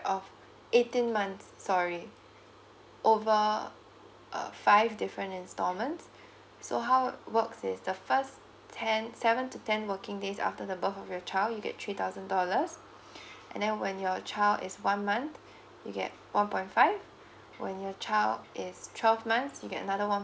of eighteen months sorry over uh five different instalments so how it works is the first ten seven to ten working days after the birth of your child you get three thousand dollars and then when your child is one month you get one point five when your child is twelve months you get another one